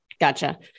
Gotcha